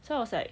so I was like